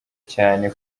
cyane